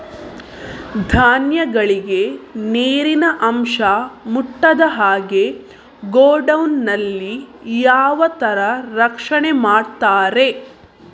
ಧಾನ್ಯಗಳಿಗೆ ನೀರಿನ ಅಂಶ ಮುಟ್ಟದ ಹಾಗೆ ಗೋಡೌನ್ ನಲ್ಲಿ ಯಾವ ತರ ರಕ್ಷಣೆ ಮಾಡ್ತಾರೆ?